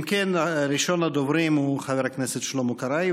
אם כן, ראשון הדוברים הוא חבר הכנסת שלמה קרעי.